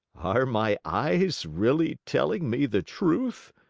are my eyes really telling me the truth?